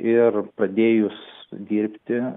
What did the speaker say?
ir pradėjus dirbti